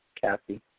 Kathy